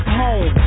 home